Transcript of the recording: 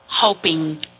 hoping